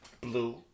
blue